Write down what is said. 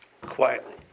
quietly